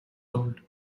old